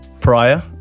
prior